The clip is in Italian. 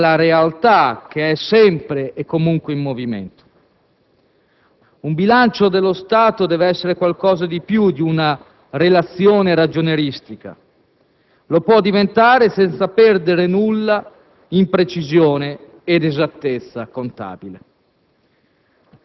alla realtà che è sempre e comunque in movimento. Un bilancio dello Stato deve essere qualcosa di più di una relazione ragionieristica, lo può diventare senza perdere nulla in precisione ed esattezza contabile.